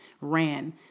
ran